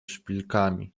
szpilkami